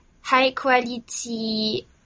high-quality